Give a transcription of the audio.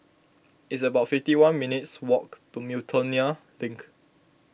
it's about fifty one minutes' walk to Miltonia Link